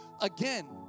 again